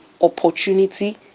opportunity